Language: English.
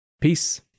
Peace